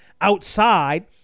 outside